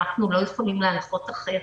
אנחנו לא יכולים להנחות אחרת.